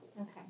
okay